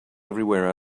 everywhere